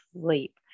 sleep